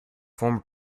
former